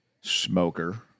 smoker